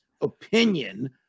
opinion